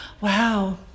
wow